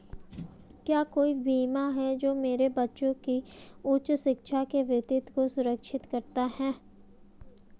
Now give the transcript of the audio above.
क्या कोई बीमा है जो मेरे बच्चों की उच्च शिक्षा के वित्त को सुरक्षित करता है?